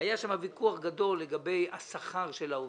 היה ויכוח גדול לגבי השכר של העובדים,